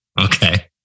Okay